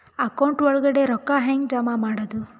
Account ಒಳಗಡೆ ರೊಕ್ಕ ಹೆಂಗ್ ಜಮಾ ಮಾಡುದು?